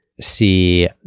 see